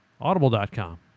Audible.com